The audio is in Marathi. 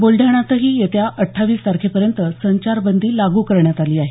बुलढाण्यातही येत्या अट्ठावीस तारखेपर्यंत संचारबंदी लागू करण्यात आली आहे